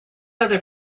other